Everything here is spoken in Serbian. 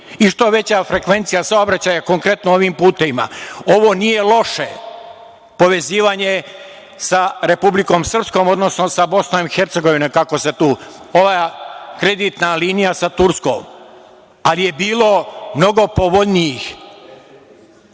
i što veća frekvencija saobraćaja, konkretno ovim putevima. Ovo nije loše povezivanje sa Republikom Srpskom, odnosno sa BiH kako se tu… ova kreditna linija sa Turskom, ali je bilo mnogo povoljnijih